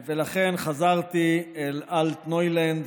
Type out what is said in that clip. ולכן חזרתי אל "אלטנוילנד",